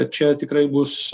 čia tikrai bus